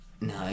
No